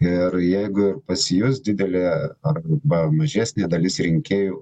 ir jeigu jau pasijus didelė arba mažesnė dalis rinkėjų